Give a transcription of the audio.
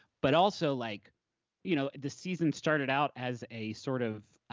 but also like you know the season started out as a sort of